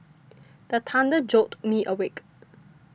the thunder jolt me awake